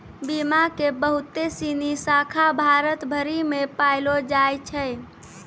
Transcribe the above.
बीमा के बहुते सिनी शाखा भारत भरि मे पायलो जाय छै